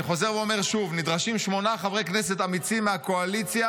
אני חוזר ואומר שוב: נדרשים שמונה חברי כנסת אמיצים מהקואליציה